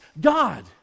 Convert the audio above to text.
God